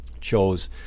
chose